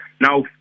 Now